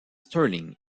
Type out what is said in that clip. sterling